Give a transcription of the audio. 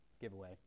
giveaway